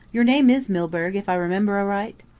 your name is milburgh, if i remember aright?